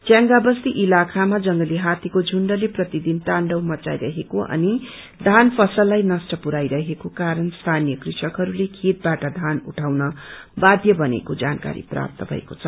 च्यांगा बस्ती इलाकामा जंगली हात्तीको झुण्डले प्रतिदिन ताण्डव मचाई रहेको अनि धान फसललाई नष्ट पुरयाई रहेको कारण स्थानीय कृषकहरूले खेतबाट धान उठाउन बाध्य बनेको जानकारी प्राप्त भएको छ